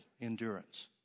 endurance